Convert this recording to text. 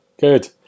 Good